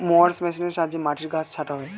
mowers মেশিনের সাহায্যে মাটির ঘাস ছাঁটা হয়